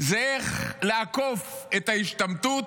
איך לעקוף את ההשתמטות,